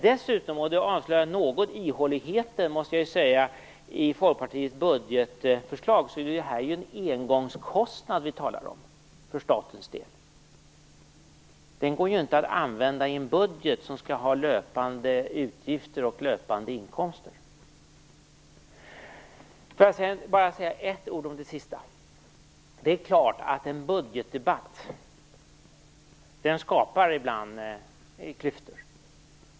Dessutom - och det avslöjar något av ihåligheten i Folkpartiets budgetförslag - talar vi ju här om en engångskostnad för statens del. Den går inte att använda i en budget som skall ha löpande utgifter och inkomster. Låt mig sedan bara säga ett ord om det sista. Det är klart att en budgetdebatt ibland skapar klyftor.